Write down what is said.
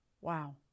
Wow